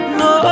no